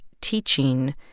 teaching